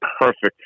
perfect